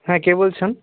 হ্যাঁ কে বলছেন